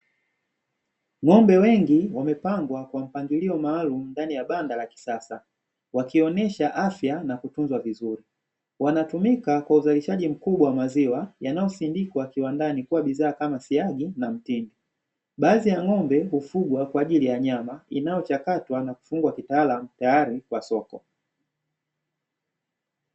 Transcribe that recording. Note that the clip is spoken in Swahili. Ng'ombe wengi wamepangwa kwa mpangilio maalumu ndani ya banda la kisasa, wakionesha afya na kutunzwa vizuri. Wanatumika kwa uzalishaji mkubwa wa maziwa yanayosindikwa kiwandani kuwa bidhaa kama siagi na mtindi. Baadhi ya ng'ombe hufugwa kwa ajili ya nyama inayochakatwa na kufungwa kitaalamu tayari kwa soko.